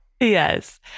Yes